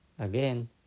Again